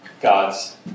God's